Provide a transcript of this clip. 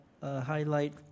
highlight